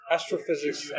Astrophysics